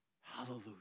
Hallelujah